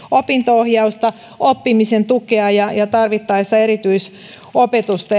opinto ohjausta oppimisen tukea ja ja tarvittaessa erityisopetusta